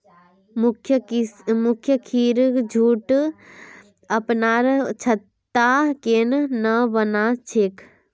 मधुमक्खिर झुंड अपनार छत्ता केन न बना छेक